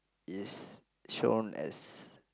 is shown as